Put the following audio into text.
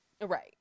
Right